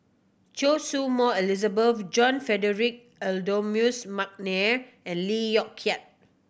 Choy Su Moi Elizabeth John Frederick Adolphus McNair and Lee Yong Kiat